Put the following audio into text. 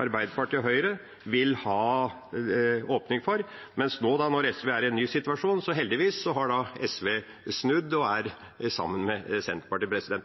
Arbeiderpartiet og Høyre – vil ha åpning for, mens SV, nå når de er i en ny situasjon, heldigvis har snudd og står sammen med Senterpartiet.